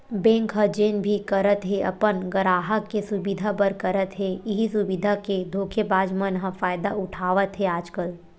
bank ह जेन भी करत हे अपन गराहक के सुबिधा बर करत हे, इहीं सुबिधा के धोखेबाज मन ह फायदा उठावत हे आजकल